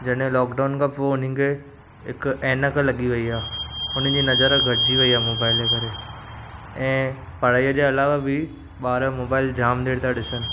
जॾहिं लॉकडाउन खां पोइ हुननि खे हिकु ऐनक लॻी वई आहे उन्हनि जी नज़र घटिजी वई आहे मोबाइल जे करे ऐं पढ़ाई जे अलावा बि ॿार मोबाइल जामु देर था ॾिसनि